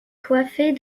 coiffée